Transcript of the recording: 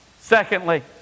Secondly